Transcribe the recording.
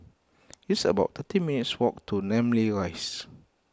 it's about thirty minutes' walk to Namly Rise